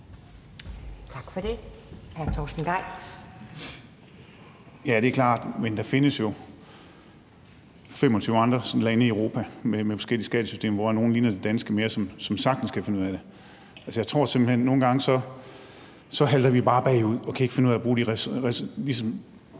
Tak for det.